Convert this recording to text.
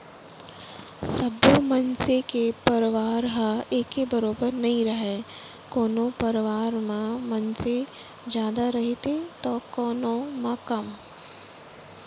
सब्बो मनसे के परवार ह एके बरोबर नइ रहय कोनो परवार म मनसे जादा रहिथे तौ कोनो म कम